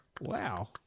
Wow